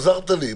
עזרת לי,